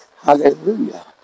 Hallelujah